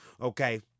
okay